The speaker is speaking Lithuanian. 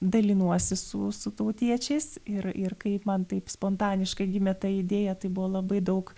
dalinuosi su sutautiečiais ir ir kaip man taip spontaniškai gimė ta idėja tai buvo labai daug